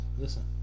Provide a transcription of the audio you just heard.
listen